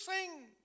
sing